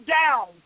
down